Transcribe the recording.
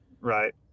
Right